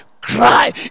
cry